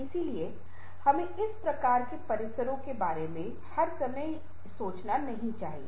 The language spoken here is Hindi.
इसलिए हमें इस प्रकार के परिसरों के बारे में हर समय सोचना नहीं चाहिए